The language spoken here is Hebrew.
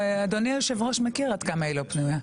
אדוני היושב ראש מכיר עד כמה היא לא פנויה.